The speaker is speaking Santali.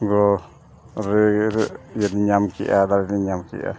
ᱜᱚᱲᱚ ᱧᱟᱢ ᱠᱮᱜᱼᱟ ᱫᱟᱲᱮ ᱞᱤᱧ ᱧᱟᱢ ᱠᱮᱜᱼᱟ